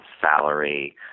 salary